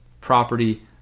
property